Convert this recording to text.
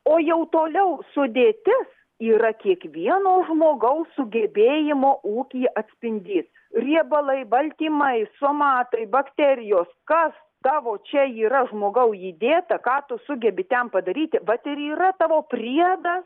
o jau toliau sudėtis yra kiekvieno žmogaus sugebėjimo ūky atspindys riebalai baltymai somatai bakterijos kas tavo čia yra žmogau įdėta ką tu sugebi ten padaryti vat ir yra tavo priedas